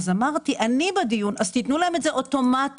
אמרתי בדיון אז שיתנו להם את זה אוטומטית.